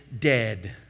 dead